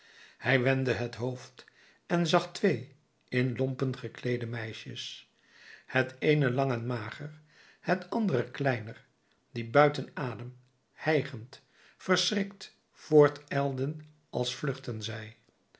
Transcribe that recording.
hij wendde het hoofd en zag twee in lompen gekleede meisjes het eene lang en mager het andere kleiner die buiten adem hijgend verschrikt voortijlden als vluchtten zij